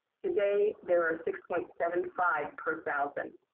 today, there are six point seven five per thousand.